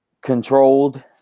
controlled